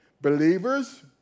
believers